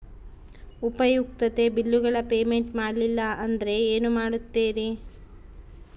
ಉಪಯುಕ್ತತೆ ಬಿಲ್ಲುಗಳ ಪೇಮೆಂಟ್ ಮಾಡಲಿಲ್ಲ ಅಂದರೆ ಏನು ಮಾಡುತ್ತೇರಿ?